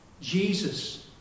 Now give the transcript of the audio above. Jesus